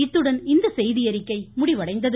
இத்துடன் இந்த செய்தியறிக்கை முடிவடைந்தது